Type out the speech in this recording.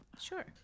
Sure